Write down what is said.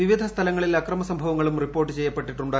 വിവിധ സ്ഥലങ്ങളിൽ അക്രമ സംഭവങ്ങളും റിപ്പോർട്ട് ചെയ്യപ്പെട്ടിട്ടുണ്ട്